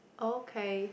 okay